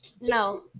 No